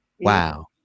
wow